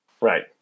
Right